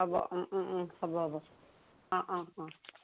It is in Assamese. হ'ব অঁ অঁ অঁ হ'ব হ'ব অঁ অঁ অঁ